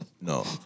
No